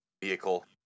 vehicle